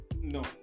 no